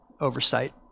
oversight